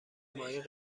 ماهی